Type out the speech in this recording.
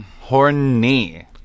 horny